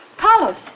Carlos